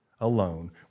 alone